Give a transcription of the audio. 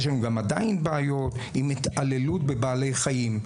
יש לנו גם עדיין בעיות עם התעללות בבעלי חיים.